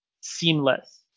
seamless